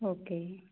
okay ਜੀ